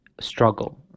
struggle